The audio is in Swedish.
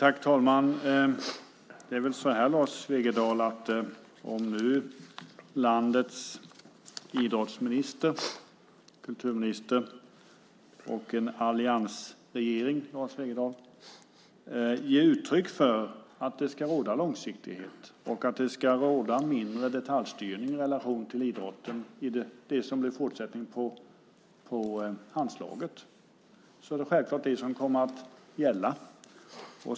Herr talman! Det är väl så, Lars Wegendal, att om nu landets idrottsminister, kulturministern, och en alliansregering ger uttryck för att det ska råda långsiktighet och att det ska råda mindre detaljstyrning i relation till idrotten i det som blir fortsättningen på Handslaget är det självklart det som kommer att gälla.